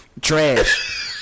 Trash